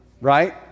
right